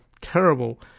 terrible